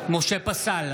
משה פסל,